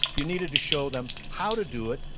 you needed to show them how to do it,